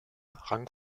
rang